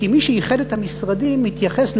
כי מי שאיחד את המשרדים מתייחס למדע,